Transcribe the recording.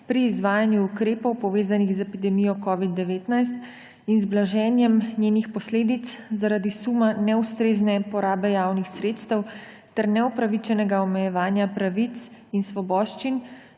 pri izvajanju ukrepov, povezanih z epidemijo COVID-19, in z blaženjem njenih posledic zaradi suma neustrezne porabe javnih sredstev ter neupravičenega omejevanja pravic in svoboščin